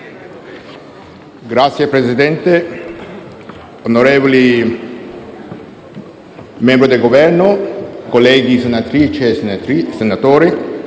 Signor Presidente, onorevoli membri del Governo, colleghi senatrici e senatori,